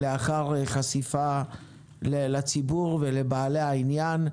לאחר חשיפה לציבור ולבעלי העניין להערותיהם.